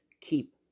keep